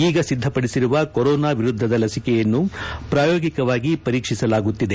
ಈಗ ಸಿದ್ದಪಡಿಸಿರುವ ಕೊರೋನಾ ವಿರುದ್ದದ ಲಸಿಕೆಯನ್ನು ಪ್ರಯೋಗಿಕವಾಗಿ ಪರೀಕ್ಷಿಸಲಾಗುತ್ತಿದೆ